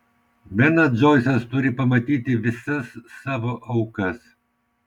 benas džoisas turi pamatyti visas savo aukas